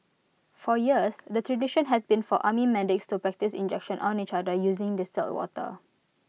for years the tradition had been for army medics to practise injections on each other using distilled water